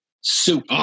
soup